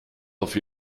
auf